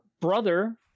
brother—